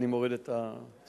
אני מוריד את הסטנד,